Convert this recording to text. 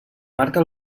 marca